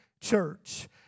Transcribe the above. church